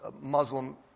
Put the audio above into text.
Muslim